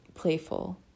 Playful